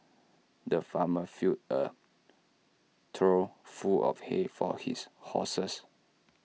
the farmer filled A trough full of hay for his horses